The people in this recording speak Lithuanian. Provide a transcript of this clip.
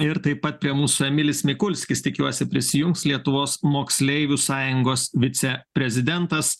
ir taip pat prie mūsų emilis mikulskis tikiuosi prisijungs lietuvos moksleivių sąjungos viceprezidentas